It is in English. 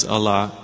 Allah